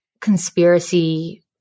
conspiracy